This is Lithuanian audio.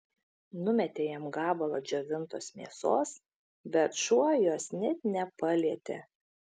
numetė jam gabalą džiovintos mėsos bet šuo jos net nepalietė